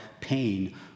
pain